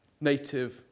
native